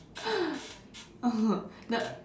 oh the